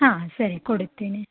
ಹಾಂ ಸರಿ ಕೊಡುತ್ತೀನಿ